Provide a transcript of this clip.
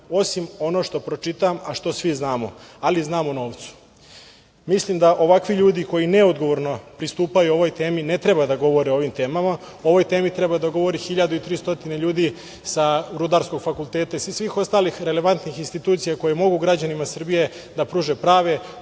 osim ono što pročitam, a što svi znamo, ali znamo o novcu“.Mislim da ovakvi ljudi koji neodgovorno pristupaju ovoj temi ne treba da govore o ovim temama. O ovoj temi treba da govori 1.300 ljudi sa Rudarskog fakulteta i sa svih ostalih relevantnih institucija koje mogu građanima Srbije da pruže prave,